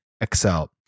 excel